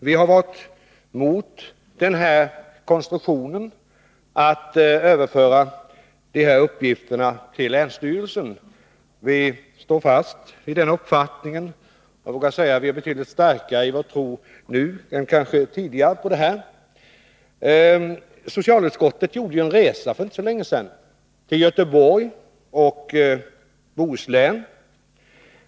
Vi har varit emot konstruktionen att till länsstyrelsen överföra uppgiften att utreda och ansöka om vård. Vi står fast vid den uppfattningen, och jag vågar säga att vi är betydligt starkare i vår tro nu än tidigare. Socialutskottet gjorde en resa för inte så länge sedan till Göteborg och Bohuslän.